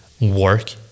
work